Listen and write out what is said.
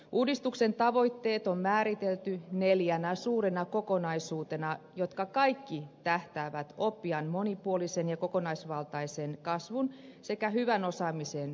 uudistuksen tavoitteet on määritelty neljänä suurena kokonaisuutena jotka kaikki tähtäävät oppijan monipuolisen ja kokonaisvaltaisen kasvun sekä hyvän osaamisen turvaamiseen